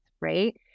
right